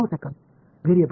மாணவர் மாறிகள்